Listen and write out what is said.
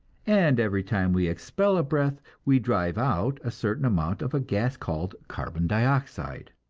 and every time we expel a breath, we drive out a certain amount of a gas called carbon dioxide,